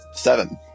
seven